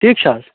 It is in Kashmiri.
ٹھیٖک چھِ حظ